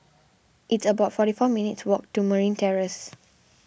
it's about forty four minutes' walk to Merryn Terrace